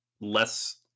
less